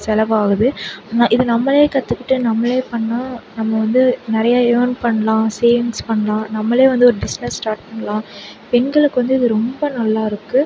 செலவாகுது இதை நம்மளே கற்றுக்கிட்டு நம்மளே பண்ணால் நம்ம வந்து நிறையா ஏர்ன் பண்ணலாம் சேவிங்ஸ் பண்ணலாம் நம்மளே வந்து ஒரு பிஸ்னஸ் ஸ்டார்ட் பண்ணலாம் பெண்களுக்கு வந்து இது ரொம்ப நல்லாயிருக்கு